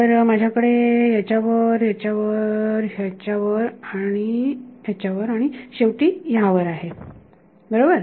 तर माझ्याकडे याच्यावर याच्यावर ह्याच्यावर ह्याच्यावर आणि शेवटी यावर आहे बरोबर